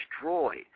destroyed